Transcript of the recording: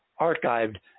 archived